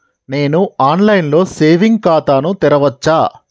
నేను online లో saving ఖాతా ను తెరవచ్చా?